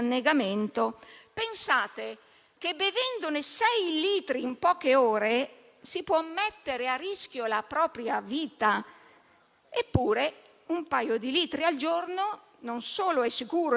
Quindi, nel valutare divieti o autorizzazioni, il rischio è il parametro a cui guardare, perché dà una misura quantitativa delle conseguenze negative per l'uomo.